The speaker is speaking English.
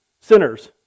sinners